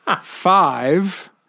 five